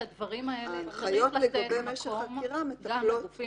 ההנחיות לגבי משך חקירה מטפלות בזה.